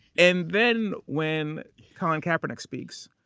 and then when colin kaepernick speaks,